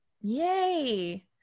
Yay